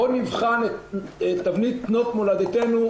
בוא נבחן את תבנית נוף מולדתנו,